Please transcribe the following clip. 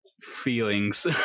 feelings